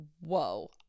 whoa